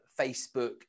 Facebook